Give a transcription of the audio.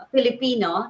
Filipino